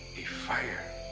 a fire.